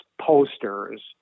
posters